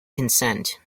consent